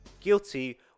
guilty